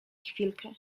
chwilkę